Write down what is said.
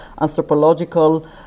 anthropological